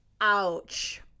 ouch